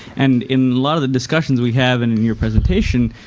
and in lot of the discussions we have and in your presentation,